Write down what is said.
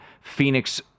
Phoenix